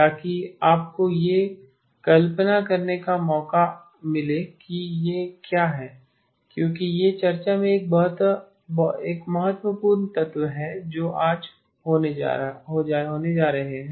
ताकि आपको यह कल्पना करने का मौका मिले कि यह क्या है क्योंकि यह चर्चा में एक महत्वपूर्ण तत्व हैं जो आज होने जा रहे हैं